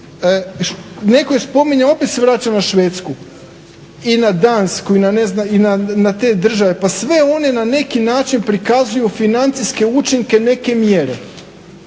netko je spominjao opet se vraćam na Švedsku i na Dansku i na te države pa sve one na neki način prikazuju financijske učinke neke mjere.